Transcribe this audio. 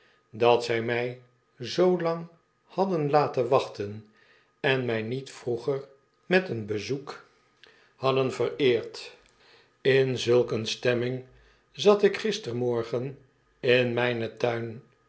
dat zij my zoo lang nadden laten wachten en mij niet vroeger met een bezoek hadden vereerd in zulk eene stemming zat ik gistermorgen in mynen tuin